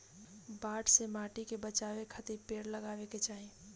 बाढ़ से माटी के बचावे खातिर पेड़ लगावे के चाही